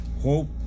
Hope